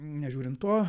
nežiūrint to